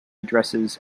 addresses